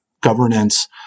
governance